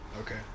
Okay